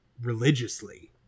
religiously